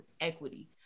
equity